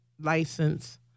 license